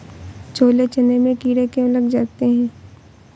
छोले चने में कीड़े क्यो लग जाते हैं?